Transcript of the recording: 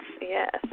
Yes